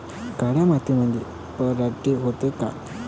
काळ्या मातीमंदी पराटी होते का?